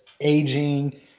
aging